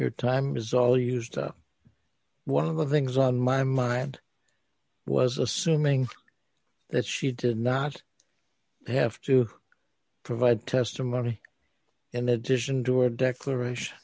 your time is all used one of the things on my mind was assuming that she did not have to provide testimony in addition to a declaration